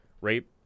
Rape